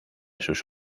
sus